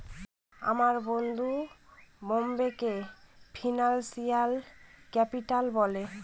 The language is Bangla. আমার বন্ধু বোম্বেকে ফিনান্সিয়াল ক্যাপিটাল বলে